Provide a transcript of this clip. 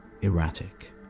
erratic